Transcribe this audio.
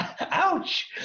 Ouch